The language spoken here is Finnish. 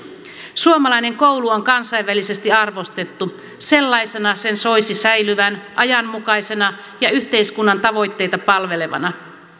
suomalainen koulu on kansainvälisesti arvostettu sellaisena sen soisi säilyvän ajanmukaisena ja yhteiskunnan tavoitteita palvelevana